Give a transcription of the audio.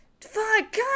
fuck